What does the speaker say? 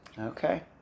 okay